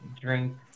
drink